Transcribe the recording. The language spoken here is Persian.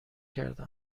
کرده